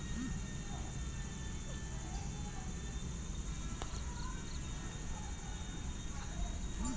ಯಾವ bank bank ಗಳಿಗೆ ಸಾಲ ನೀಡುತ್ತದೆಯೂ ಅದನ್ನು ಬ್ಯಾಂಕರ್ಸ್ ಬ್ಯಾಂಕ್ ಎಂದು ಕರೆಯುತ್ತಾರೆ